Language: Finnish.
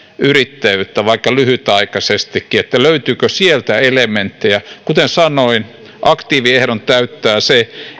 yrittäjyyttä vaikka ly hytaikaisestikin että löytyykö sieltä elementtejä kuten sanoin aktiiviehdon täyttää se